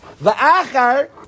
Va'achar